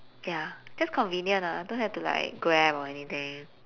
ya just convenient lah don't have to like grab or anything